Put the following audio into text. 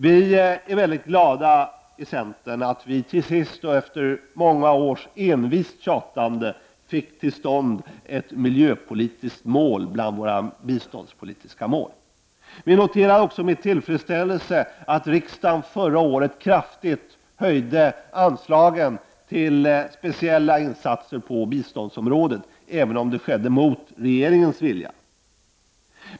Vi i centern är väldigt glada över att vi till sist, efter många års envist tjatande, fick till stånd ett miljöpolitiskt mål bland de biståndspolitiska målen. Vi noterar också med tillfredsställelse att riksdagen förra året kraftigt höjde anslagen till speciella insatser på biståndsområdet, även om detta skedde mot regeringens vilja.